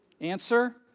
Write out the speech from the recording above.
Answer